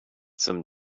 some